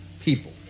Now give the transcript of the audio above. people